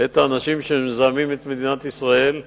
את האנשים שמזהמים את מדינת ישראל,